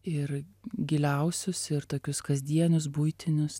ir giliausius ir tokius kasdienius buitinius